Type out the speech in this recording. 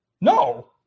No